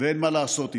ואין מה לעשות איתה.